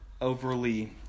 overly